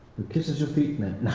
kisses your feet,